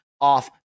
off